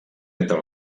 entre